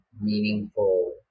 meaningful